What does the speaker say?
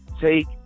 Take